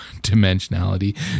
dimensionality